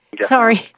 Sorry